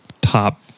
top